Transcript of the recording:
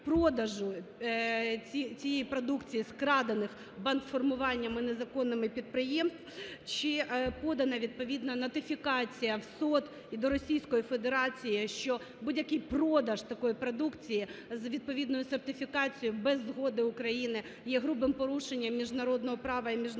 продажу цієї продукції з вкрадених бандформуваннями незаконними підприємств? Чи подана відповідна нотифікація в СОТ і до Російської Федерації, що будь-який продаж такої продукції з відповідною сертифікацією без згоди України є грубим порушенням міжнародного права і міжнародних